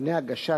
מפני סילוף חוזים?